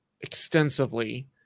extensively